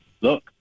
look